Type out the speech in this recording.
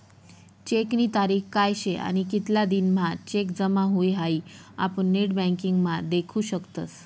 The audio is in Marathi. चेकनी तारीख काय शे आणि कितला दिन म्हां चेक जमा हुई हाई आपुन नेटबँकिंग म्हा देखु शकतस